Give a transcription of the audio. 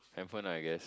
hand phone I guess